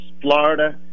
Florida